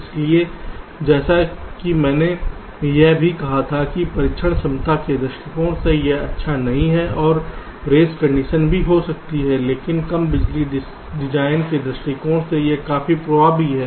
इसलिए जैसा कि मैंने यह भी कहा था कि परीक्षण क्षमता के दृष्टिकोण से यह एक अच्छा नहीं है और रेस कंडीशन भी हो सकती है लेकिन कम बिजली डिजाइन के दृष्टिकोण से यह काफी प्रभावी है